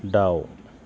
दाउ